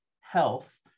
health